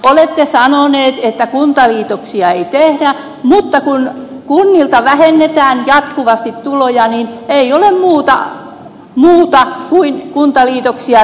olette sanoneet että kuntaliitoksia ei tehdä mutta kun kunnilta vähennetään jatkuvasti tuloja niin ei ole muuta mahdollisuutta kuin tehdä kuntaliitoksia